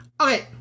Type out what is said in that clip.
Okay